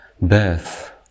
birth